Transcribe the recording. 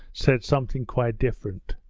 said something quite different.